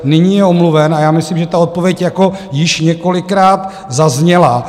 Nyní je omluven a já myslím, že ta odpověď již několikrát zazněla.